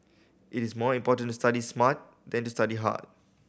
it is more important to study smart than to study hard